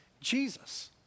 Jesus